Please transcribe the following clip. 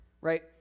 right